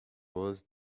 was